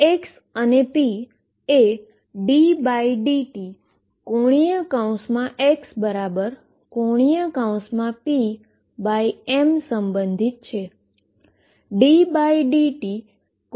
x અને p એ ddt⟨x⟩⟨p⟩m સંબંધિત છે